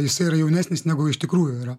jisai yra jaunesnis negu iš tikrųjų yra